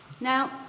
Now